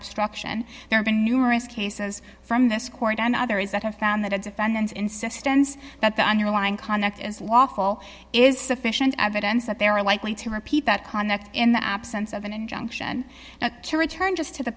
obstruction there are numerous cases from this court and others that have found that a defendant's insistence that the underlying conduct is lawful is sufficient evidence that they are likely to repeat that conduct in the absence of an injunction to return just to the